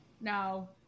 No